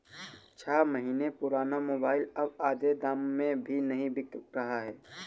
छह महीने पुराना मोबाइल अब आधे दाम में भी नही बिक रहा है